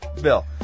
Bill